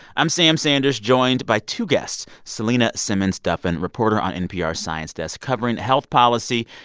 i'm sam sanders, joined by two guests selena simmons-duffin, reporter on npr's science desk covering health policy,